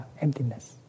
emptiness